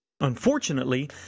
Unfortunately